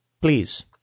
please